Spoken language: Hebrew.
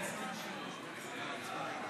אלי, אתה לא חייב את התשובה.